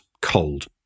cold